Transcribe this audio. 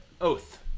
oath